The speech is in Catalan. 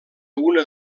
una